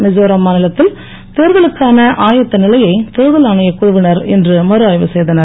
மிசோரம் மாநிலத்தில் தேர்தலுக்கான ஆயத்த நிலையை தேர்தல் ஆணையக் குழுவினர் இன்று மறுஆய்வு செய்தனர்